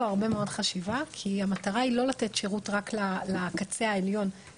אבל הפלטפורמה מאפשרת לנו לא רק קורסים ממשלתיים